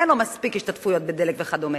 אין לו מספיק השתתפויות בדלק וכדומה.